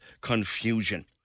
confusion